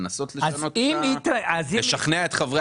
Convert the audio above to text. לנסות לשכנע את חברי